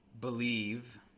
believe